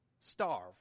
starve